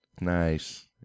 Nice